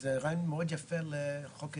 שזה רעיון מאוד יפה לחוק ההסדרים.